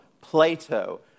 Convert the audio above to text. Plato